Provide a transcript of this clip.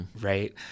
Right